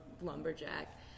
lumberjack